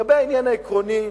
לגבי העניין העקרוני,